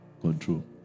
control